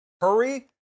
hurry